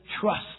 trust